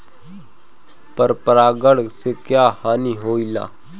पर परागण से क्या हानि होईला?